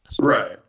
Right